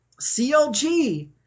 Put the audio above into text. CLG